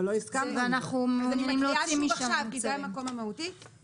אני מקריאה שוב עכשיו כי זה המקום המהותי.